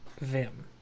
Vim